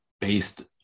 based